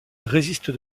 résiste